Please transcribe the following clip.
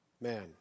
man